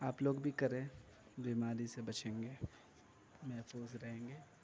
آپ لوگ بھی کریں بیماری سے بچیں گے محفوظ رہیں گے